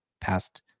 past